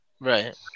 Right